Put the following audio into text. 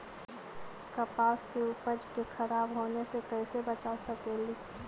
कपास के उपज के खराब होने से कैसे बचा सकेली?